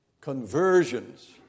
Conversions